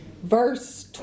Verse